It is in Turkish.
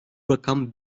rakam